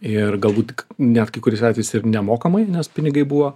ir galbūt net kai kuriais atvejais ir nemokamai nes pinigai buvo